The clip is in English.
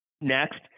Next